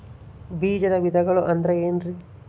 ಬೇಜದ ವಿಧಗಳು ಅಂದ್ರೆ ಏನ್ರಿ?